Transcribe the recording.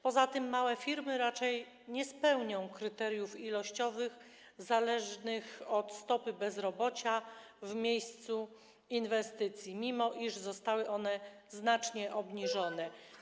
Poza tym małe firmy raczej nie spełnią kryteriów ilościowych zależnych od stopy bezrobocia w miejscu inwestycji, mimo iż zostały one znacznie obniżone.